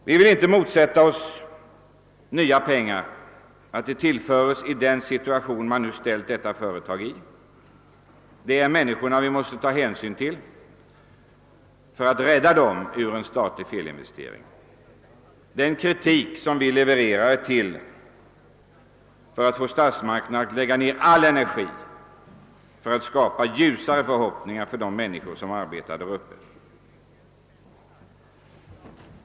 Vi vill inte motsätta oss att nya medel tillförs företaget i den situation som det nu befinner sig i. Vi måste rädda människorna ur det läge som en statlig felinvestering har medfört. Den kritik som vi levererar syftar till att få statsmakterna att lägga ned all sin energi på att skapa ljusare förhoppningar för de människor som arbetar där uppe.